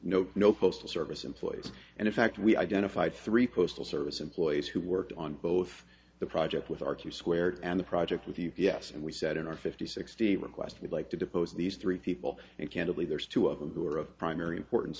no no postal service employees and in fact we identified three postal service employees who worked on both the project with our q squared and the project with you yes and we said in our fifty sixty request we'd like to depose these three people and candidly there's two of them who are of primary importan